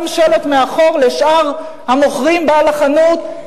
בעל החנות,